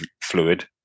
fluid